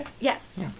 Yes